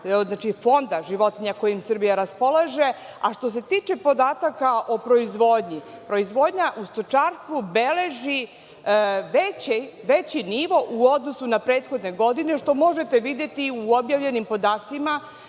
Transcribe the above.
znači fonda životinja kojima Srbija raspolaže. A što se tiče podataka o proizvodnji, proizvodnja u stočarstvu beleži veći nivo u odnosu na prethodnu godinu što možete videti u objavljenim podacima